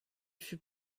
fut